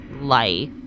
life